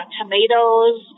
tomatoes